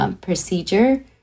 procedure